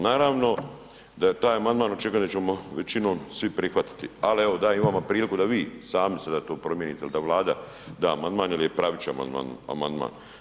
Naravno da taj amandman očekujemo da ćemo većinom svi prihvatiti, ali evo, da imamo priliku da vi sami sada to promijenite ili da Vlada da amandman jer je pravičan amandman.